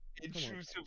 Intrusive